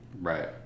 Right